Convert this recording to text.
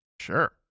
Sure